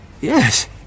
yes